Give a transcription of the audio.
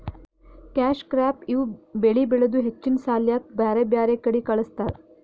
cash crop ಇವ್ ಬೆಳಿ ಬೆಳದು ಹೆಚ್ಚಿನ್ ಸಾಲ್ಯಾಕ್ ಬ್ಯಾರ್ ಬ್ಯಾರೆ ಕಡಿ ಕಳಸ್ತಾರ್